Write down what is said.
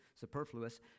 superfluous